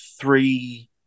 three